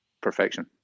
perfection